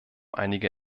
einige